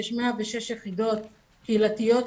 יש 106 יחידות קהילתיות ציבוריות.